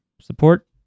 Support